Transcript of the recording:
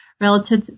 relative